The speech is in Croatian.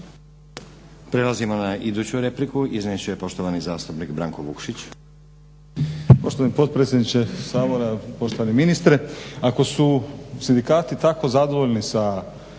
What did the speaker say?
Prelazimo na iduću repliku. Iznijet će je poštovani zastupnik Branko Vukšić.